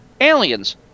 Aliens